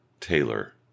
Taylor